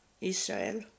Israel